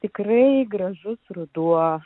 tikrai gražus ruduo